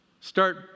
Start